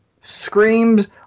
screams